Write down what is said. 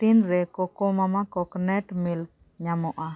ᱛᱤᱱ ᱨᱮ ᱠᱳᱠᱳ ᱢᱟᱢᱟ ᱠᱳᱠᱱᱟᱴ ᱢᱤᱞᱠ ᱧᱟᱢᱚᱜᱼᱟ